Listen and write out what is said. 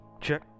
Check